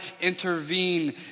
intervene